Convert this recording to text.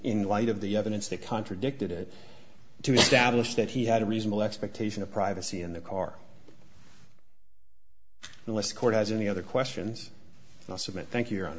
in light of the evidence that contradicted it to establish that he had a reasonable expectation of privacy in the car unless the court has any other questions and i submit thank you